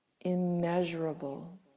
Immeasurable